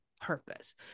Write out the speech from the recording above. purpose